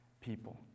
people